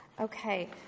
okay